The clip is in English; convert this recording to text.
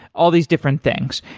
all these different things.